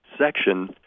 section